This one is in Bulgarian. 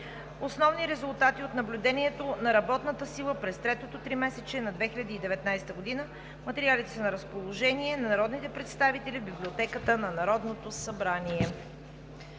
Основни резултати от наблюдението на работната сила през третото тримесечие на 2019 г. Материалите са на разположение на народните представители в Библиотеката на Народното събрание.